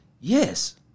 Yes